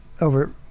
over